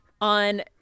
on